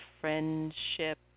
friendship